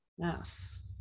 Yes